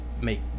make